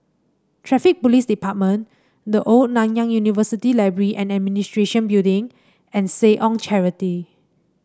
Traffic Police Department The Old Nanyang University Library and Administration Building and Seh Ong Charity